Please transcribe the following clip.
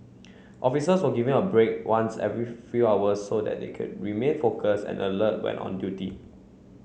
officers were given a break once every few hours so that they could remain focused and alert when on duty